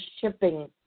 shipping